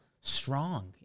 Strong